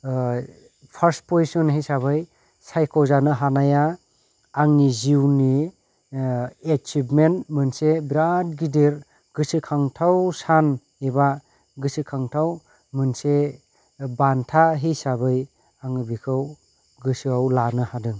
purse position हिसाबै सायख' जानो हानाया आंनि जिउनि एसिभमेन मोनसे बेराद गिदिर गोसोखांथाव सान एबा गोसोखांथाव मोनसे बान्था हिसाबै आङो बिखौ गोसोआव लानो हादों